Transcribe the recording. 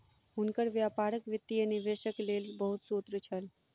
हुनकर व्यापारक वित्तीय निवेशक लेल बहुत सूत्र छल